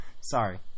Sorry